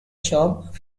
job